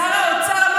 שר האוצר,